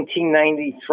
1993